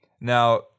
Now